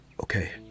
Okay